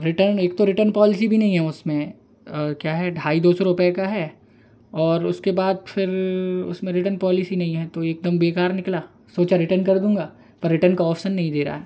return एक तो return policy भी नहीं है उसमें क्या है ढाई दो सौ रुपए का है और उसके बाद फिर उसमें रिटर्न पॉलिसी नहीं है तो एकदम बेकार निकला सोचा रिटर्न कर दूँगा पर रिटर्न का ऑप्शन नहीं दे रहा